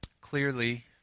clearly